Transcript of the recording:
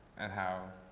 and how